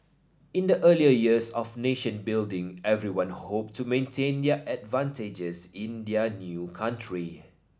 in the early years of nation building everyone hoped to maintain their advantages in their new country